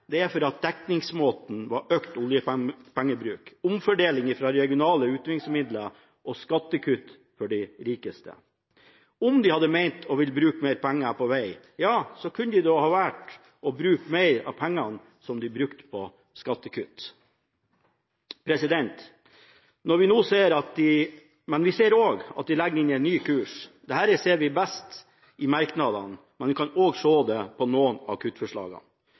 det: Det er fordi dekningsmåten var økt oljepengebruk, omfordeling fra regionale utviklingsmidler og skattekutt for de rikeste. Om de hadde ment å ville bruke mer penger på vei, kunne de ha valgt å bruke mer av pengene som de brukte på skattekutt. Vi ser også at de legger inn en ny kurs. Dette ser vi best i merknadene, men vi kan også se det på noen